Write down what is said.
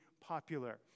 popular